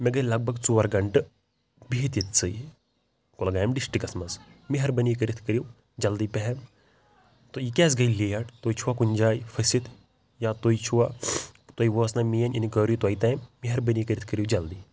مےٚ گٔیے لگ بگ ژور گَنٹہٕ بِہِتھ ییٚتسٕے کۄلگامہِ ڈِسٹِکَس منٛز مہربٲنی کٔرِتھ کٔرِو جلدی پہن تہٕ یہِ کیازِ گٔیے لیٹ تُہۍ چھُوَ کُنہِ جایہِ فٔسِتھ یا تُہۍ چھُوَ تُہۍ وٲژ نہ میٛٲنۍ اِنکوری تۄہِہ تانۍ مہربٲنی کٔرِتھ کٔرِو جلدی